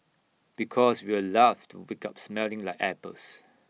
because we'd love to wake up smelling like apples